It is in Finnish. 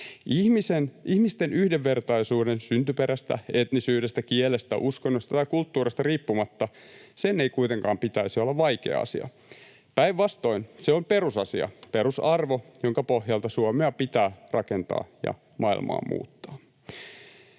Ihmisten yhdenvertaisuuden syntyperästä, etnisyydestä, kielestä, uskonnosta tai kulttuurista riippumatta ei kuitenkaan pitäisi olla vaikea asia. Päinvastoin se on perusasia, perusarvo, jonka pohjalta Suomea pitää rakentaa ja maailmaa muuttaa.